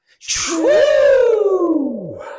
True